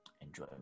enjoy